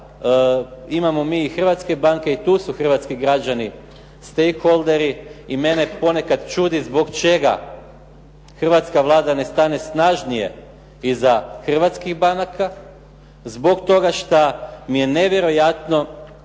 imamo mi i hrvatske banke i tu su hrvatski građani stake holderi i mene ponekad čudi zbog čega hrvatska Vlada ne stane snažnije iza hrvatskih banaka zbog toga što mi je nevjerojatno